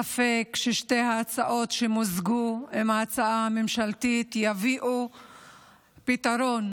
אין ספק ששתי ההצעות שמוזגו עם ההצעה הממשלתית יביאו פתרון,